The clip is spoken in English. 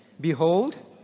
Behold